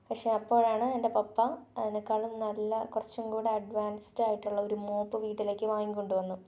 പക്ഷെ അപ്പോഴാണ് എൻ്റെ പപ്പ അതിനെക്കാളും നല്ല കുറച്ചും കൂടി അഡ്വാൻസ്ഡ് ആയിട്ടുള്ള ഒരു മോപ്പ് വീട്ടിലേക്കു വാങ്ങിക്കൊണ്ട് അതു വന്നു